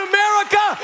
America